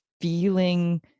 feeling